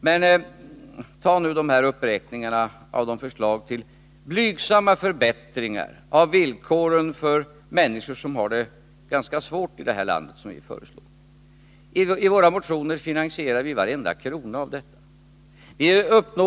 Men se nu på våra förslag till blygsamma förbättringar av villkoren för människor som har det ganska svårt! I våra motioner finansierar vi varenda krona som detta skulle kosta.